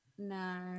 no